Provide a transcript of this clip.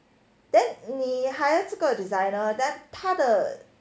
then 你 hire 这个 designer then 他的